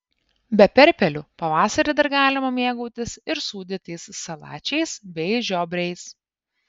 be perpelių pavasarį dar galima mėgautis ir sūdytais salačiais bei žiobriais